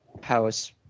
house